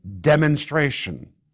demonstration